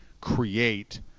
create